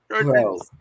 bro